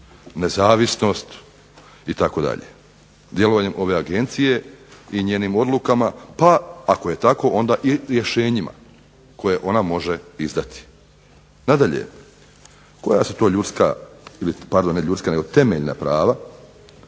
nezavisnost itd., djelovanjem ove Agencije i njenim odlukama pa ako je tako onda i rješenjima koje ona može izdati. Nadalje, koja su to temeljna prava